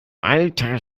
alter